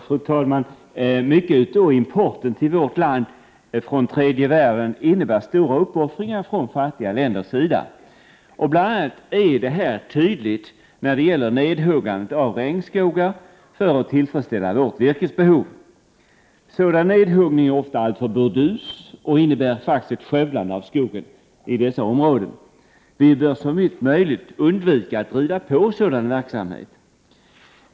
Fru talman! En stor del av importen till vårt land från tredje världen innebär stora uppoffringar från fattiga länders sida. Bl.a. är detta tydligt när det gäller nedhuggande av regnskogar för att tillfredsställa vårt virkesbehov. Sådan nedhuggning är ofta alltför burdus och innebär faktiskt ett skövlande av skogen i dessa områden. Vi bör såvitt möjligt undvika att driva på sådan verksamhet.